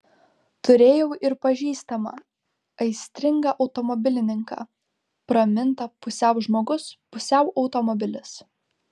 turėjau ir pažįstamą aistringą automobilininką pramintą pusiau žmogus pusiau automobilis